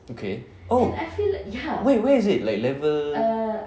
okay oh wait where is it like level